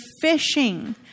fishing